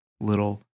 little